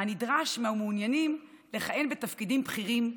הנדרש מהמעוניינים לכהן בתפקידים בכירים,